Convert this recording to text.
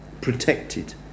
protected